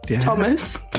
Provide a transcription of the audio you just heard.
Thomas